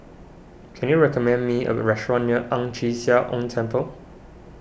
can you recommend me a restaurant near Ang Chee Sia Ong Temple